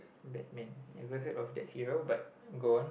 Batman never heard of that hero but go on